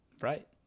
Right